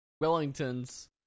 Wellingtons